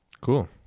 cool